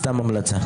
סתם המלצה.